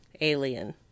alien